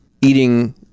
eating